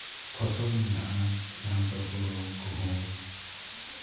ᱯᱷᱚᱥᱚᱞ ᱢᱮᱱᱟᱜᱼᱟ ᱡᱟᱦᱟᱸ ᱫᱚ ᱦᱩᱲᱩ ᱜᱩᱦᱩᱢ